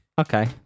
Okay